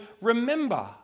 remember